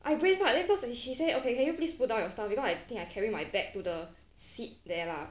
I brain fuck then cause she say okay can you please put down your stuff because I think I carrying my bag to the seat there lah